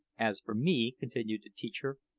as for me, continued the teacher,